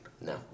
No